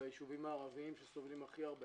בישובים הערביים שסובלים הכי הרבה,